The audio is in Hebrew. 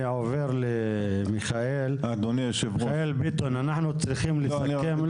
אנחנו צריכים לסכם.